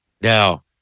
Now